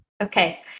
Okay